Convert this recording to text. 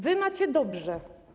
Wy macie dobrze.